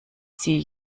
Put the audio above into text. sie